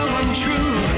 untrue